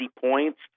points